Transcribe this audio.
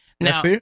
now